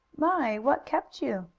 my! what kept you?